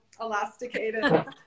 Elasticated